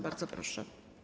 Bardzo proszę.